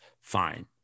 Fine